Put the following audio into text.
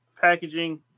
packaging